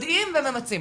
יודעים וממצים.